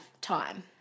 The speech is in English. time